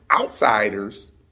outsiders